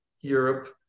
Europe